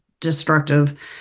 destructive